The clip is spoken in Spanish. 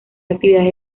actividades